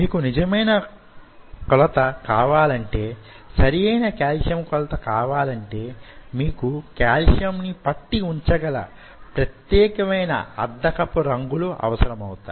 మీకు నిజమైన కొలత కావాలంటే సరియైన కాల్షియం కొలత కావాలంటే మీకు కాల్షియంను పట్టి వుంచగల ప్రత్యేకమైన అద్దకపు రంగులు అవసరమవుతాయి